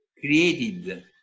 created